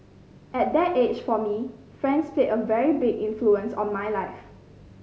at that age for me friends played a very big influence on my life